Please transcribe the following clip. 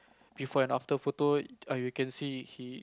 before and after photo err you can see he